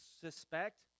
suspect